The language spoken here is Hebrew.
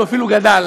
הוא אפילו גדל.